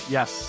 Yes